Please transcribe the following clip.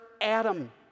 Adam